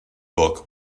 book